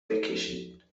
بکشید